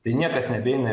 tai niekas nebeina